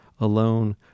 Alone